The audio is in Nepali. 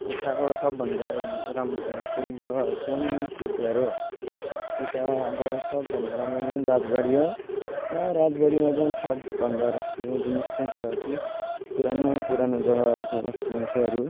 यताको सबभन्दा यो राम्रो हिस्टोरिक जग्गाहरू चाहिँ कुचबिहार हो यता अब सबभन्दा राम्रो नै राजबाडी हो त्यहाँ राजबाडीमा चाहिँ सबभन्दा राम्रो जिनिस चाहिँ छ कि पुरानो पुरानो जग्गाहरूको मान्छेहरू